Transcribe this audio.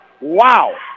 Wow